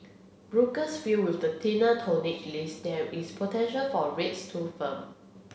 brokers feel with the thinner tonnage list there is potential for rates to firm